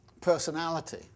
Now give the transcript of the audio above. personality